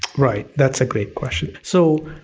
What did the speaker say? right, that's a great question. so,